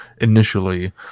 initially